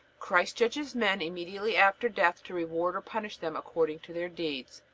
christ judges men immediately after death to reward or punish them according to their deeds.